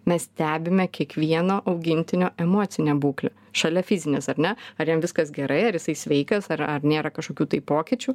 mes stebime kiekvieno augintinio emocinę būklę šalia fizinės ar ne ar jam viskas gerai ar jisai sveikas ar ar nėra kažkokių tai pokyčių